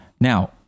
now